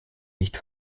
nicht